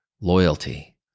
loyalty